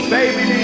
Baby